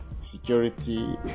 security